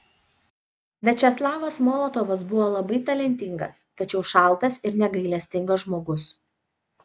viačeslavas molotovas buvo labai talentingas tačiau šaltas ir negailestingas žmogus